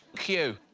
q!